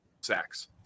sacks